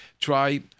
try